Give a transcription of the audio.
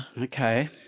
Okay